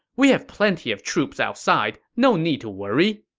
we have plenty of troops outside, no need to worry.